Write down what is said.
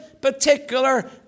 particular